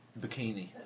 bikini